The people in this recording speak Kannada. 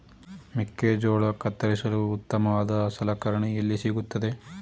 ಮೆಕ್ಕೆಜೋಳ ಕತ್ತರಿಸಲು ಉತ್ತಮವಾದ ಸಲಕರಣೆ ಎಲ್ಲಿ ಸಿಗುತ್ತದೆ?